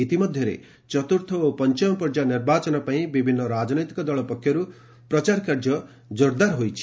ଇତିମଧ୍ୟରେ ଚତୁର୍ଥ ଓ ପଞ୍ଚମ ପର୍ଯ୍ୟାୟ ନିର୍ବାଚନ ପାଇଁ ବିଭିନ୍ନ ରାଜନୈତିକ ଦଳ ପକ୍ଷରୁ ପ୍ରଚାର କାର୍ଯ୍ୟ ଜୋରଦାର ହୋଇଛି